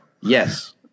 Yes